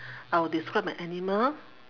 I'll describe my animal